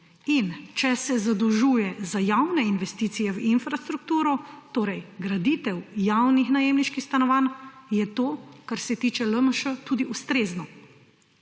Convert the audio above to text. Če se zadolžuje za javne investicije v infrastrukturo, torej graditev javnih najemniških stanovanj, je to, kar se tiče LMŠ, tudi ustrezno.